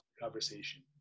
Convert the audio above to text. conversation